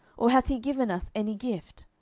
or hath he given us any gift?